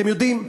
אתם יודעים,